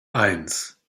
eins